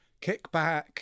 kickback